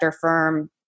firm